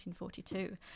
1942